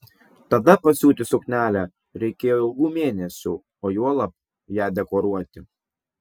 tada pasiūti suknelę reikėjo ilgų mėnesių o juolab ją dekoruoti